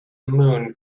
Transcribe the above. moon